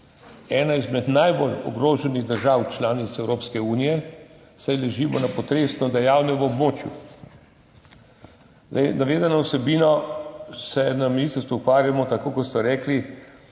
ena izmed najbolj ogroženih držav članic Evropske unije, saj ležimo na potresno dejavnem območju. Z navedeno vsebino se na ministrstvu ukvarjamo, tako kot ste rekli,